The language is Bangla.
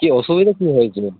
কী অসুবিধা কী হয়েছিলো